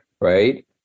right